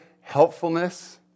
helpfulness